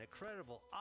incredible